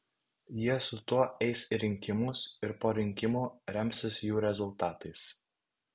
jie su tuo eis į rinkimus ir po rinkimų remsis jų rezultatais